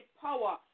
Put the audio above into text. power